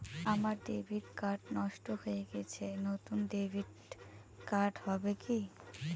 আমার debit card নষ্ট হয়ে গেছে নূতন ডেবিট কার্ড হবে কি?